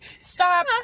Stop